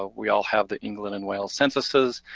ah we all have the england and wales censuses.